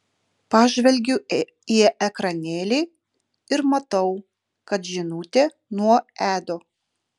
pažvelgiu į ekranėlį ir pamatau kad žinutė nuo edo